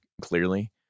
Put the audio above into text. clearly